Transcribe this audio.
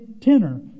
tenor